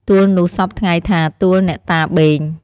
ទួលនោះសព្វថ្ងៃថា ទួលអ្នកតាបេង ។